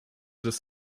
das